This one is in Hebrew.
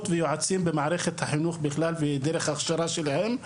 ויועצים במערכת החינוך בכלל ודרך הכשרה שלהם,